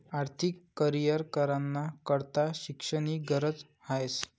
आर्थिक करीयर कराना करता शिक्षणनी गरज ह्रास